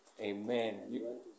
amen